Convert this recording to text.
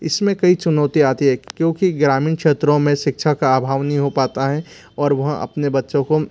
इसमें कई चुनौतियाँ आती हैं क्योंकि ग्रामीण क्षेत्राें में शिक्षा का अभाव नई हो पाता है और वह अपने बच्चों को